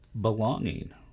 belonging